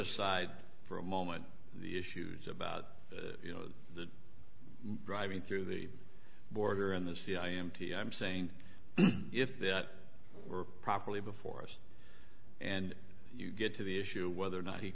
aside for a moment the issues about you know the driving through the border and the cia empty i'm saying if that were properly before and you get to the issue whether or not he